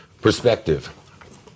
perspective